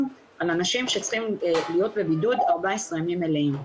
על אנשים שצריכים להיות בבידוד 14 ימים מלאים,